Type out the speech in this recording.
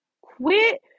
Quit